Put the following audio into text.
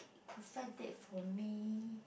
perfect date for me